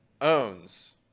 owns